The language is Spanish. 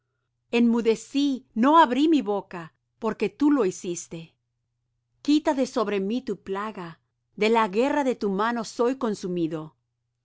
enmudecí no abrí mi boca porque tú lo hiciste quita de sobre mí tu plaga de la guerra de tu mano soy consumido con